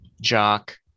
Jock